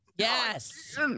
Yes